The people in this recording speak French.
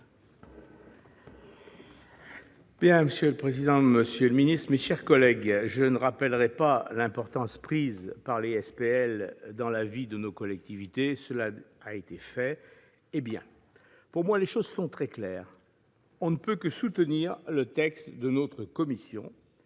Monsieur le président, monsieur le secrétaire d'État, mes chers collègues, je ne rappellerai pas l'importance prise par les SPL dans la vie de nos collectivités-cela a été fait, et bien fait. Pour moi, les choses sont très claires : on ne peut que soutenir le texte de notre commission,